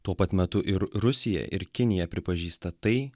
tuo pat metu ir rusija ir kinija pripažįsta tai